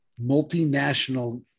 multinational